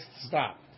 stop